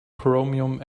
chromium